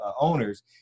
owners